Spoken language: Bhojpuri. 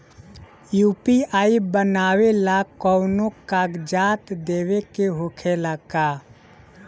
यू.पी.आई बनावेला कौनो कागजात देवे के होखेला का?